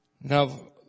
Now